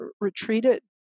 retreated